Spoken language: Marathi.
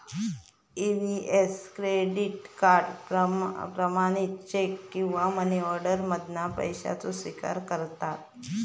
ई.वी.एस क्रेडिट कार्ड, प्रमाणित चेक किंवा मनीऑर्डर मधना पैशाचो स्विकार करता